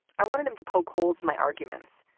i wanted him to poke holes in my arguments,